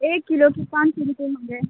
ایک کلو کی پانچ سو روپیے ہے